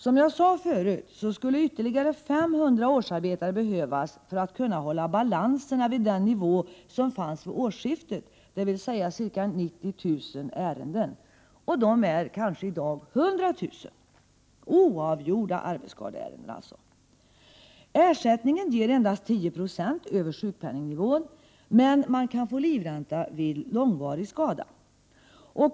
Som jag sade förut skulle det behövas ytterligare 500 årsarbetare för att balanserna skall kunna hållas på den nivå som gällde vid årsskiftet, dvs. ca 90 000 ärenden. I dag rör det sig kanske om 100 000 oavgjorda arbetsskadeärenden. Ersättningen ligger endast 10 20 över sjukpenningnivån. Men man kan få livränta vid långvarig skada.